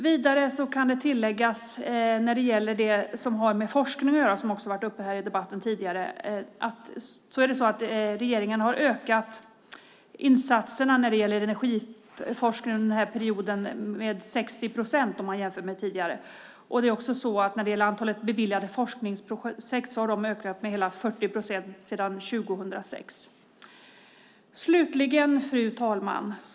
Vidare kan jag tillägga när det gäller det som har med forskning att göra och som också har varit uppe här i debatten tidigare att regeringen har ökat insatserna när det gäller energiforskningen under denna period med 60 procent om man jämför med hur det var tidigare. Antalet beviljade forskningsprojekt har ökat med hela 40 procent sedan 2006. Fru talman!